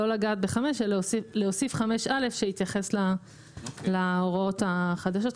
לא לגעת ב-(5) אלא להוסיף (5)(א) שיתייחס להוראות החדשות.